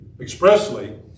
expressly